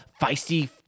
feisty